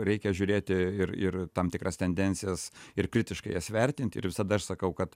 reikia žiūrėti ir ir tam tikras tendencijas ir kritiškai jas vertinti ir visada aš sakau kad